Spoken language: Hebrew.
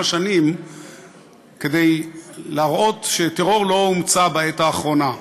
שנים כדי להראות שטרור לא הומצא בעת האחרונה.